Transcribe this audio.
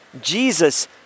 Jesus